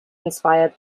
inspired